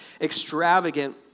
extravagant